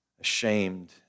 ashamed